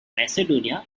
macedonia